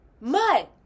Mud